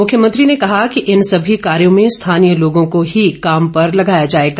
मुख्यमंत्री ने कहा कि इन सभी कार्यों में स्थानीय लोगों को ही काम पर लगाया जाएगा